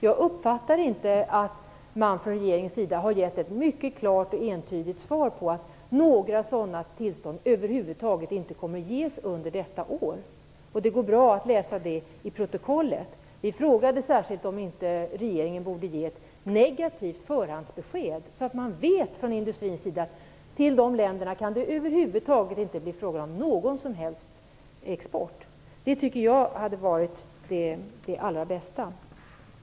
Jag uppfattar inte att man från regeringens sida har gett ett mycket klart och entydigt svar på att några sådana tillstånd över huvud taget inte kommer att ges under detta år. Det går bra att läsa det i protokollet. Vi frågade särskilt om inte regeringen borde ge ett negativt förhandsbesked, så att man vet från industrins sida att det till de länderna över huvud taget inte kan bli fråga om någon som helst export. Det tycker jag hade varit det allra bästa.